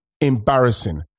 embarrassing